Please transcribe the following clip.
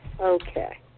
Okay